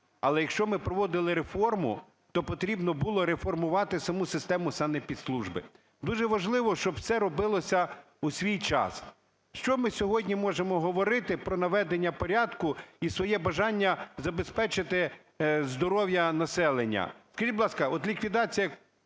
Але, якщо ми проводили реформу, то потрібно було реформувати саму систему санепідслужби. Дуже важливо, щоб це робилося у свій час. Що ми сьогодні можемо говорити про наведення порядку і своє бажання забезпечити здоров'я населення? Скажіть, будь ласка, от ліквідація